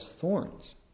thorns